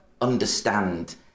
understand